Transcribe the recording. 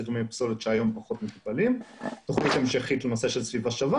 שאלה סוגי פסולת שהיום פחות מטופלים; תוכנית המשכית לנושא השבה,